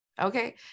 Okay